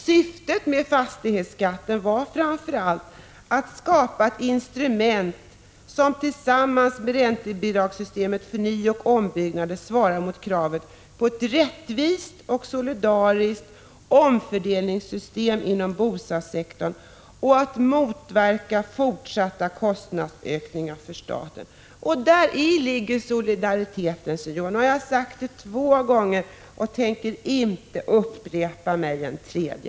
Syftet med fastighetsskatten var framför allt att skapa ett instrument som tillsammans med räntebidragssystemet för nyoch ombyggnader svarade mot kravet på ett rättvist och solidariskt omfördelningssystem inom bostadssektorn och att motverka fortsatta kostnadsökningar för staten. Däri ligger solidariteten. Nu har jag sagt detta två gånger, och jag tänker inte upprepa mig en tredje